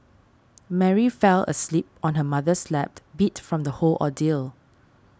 Mary fell asleep on her mother's lap beat from the whole ordeal